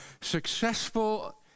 successful